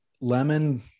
lemon